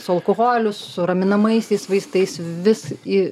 su alkoholiu su raminamaisiais vaistais vis į